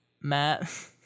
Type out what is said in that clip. Matt